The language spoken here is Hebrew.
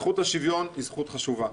זכות השוויון היא זכות חשובה,